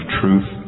truth